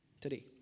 today